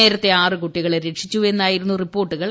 നേരത്തെ ആറ് കുട്ടിക്ക്ളെ ്രക്ഷിച്ചു എന്നായിരുന്നു റിപ്പോർട്ടുകൾ